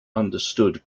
understood